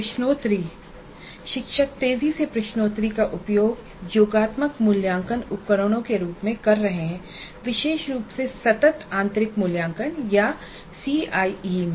प्रश्नोत्तरी शिक्षक तेजी से प्रश्नोत्तरी का उपयोग योगात्मक मूल्यांकन उपकरणों के रूप में कर रहे हैं विशेष रूप से सतत आंतरिक मूल्यांकन या सीआईई में